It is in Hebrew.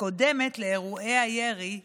קודמת לאירועי הירי בדרום.